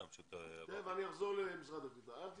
אני אחזור למשרד הקליטה, אל תדאגו.